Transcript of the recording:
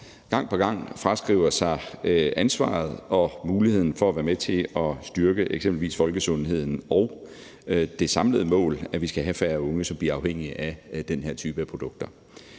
gang på gang fraskriver sig ansvaret og muligheden for at være med til at styrke eksempelvis folkesundheden og det samlede mål, at vi skal have færre unge, som bliver afhængige af den her type af produkter.